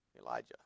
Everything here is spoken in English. Elijah